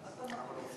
בבקשה.